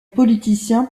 politicien